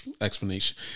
explanation